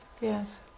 yes